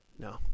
No